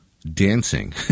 Dancing